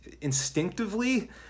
instinctively